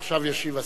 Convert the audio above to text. עכשיו ישיב השר.